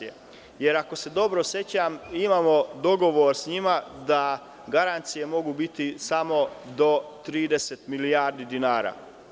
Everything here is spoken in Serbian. Jer, ako se dobro sećam, imamo dogovor s njima da garancije mogu biti samo do 30 milijardi dinara.